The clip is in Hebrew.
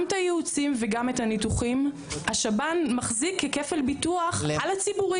גם את הייעוצים וגם את הניתוחים השב"ן מחזיק ככפל ביטוח על הציבורי.